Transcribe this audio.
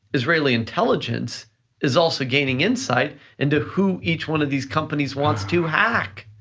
israeli intelligence is also gaining insight into who each one of these companies wants to hack.